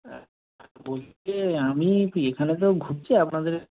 হ্যাঁ বলছি আমি একটু এখানে তো ঘুরছি আপনাদের